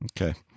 Okay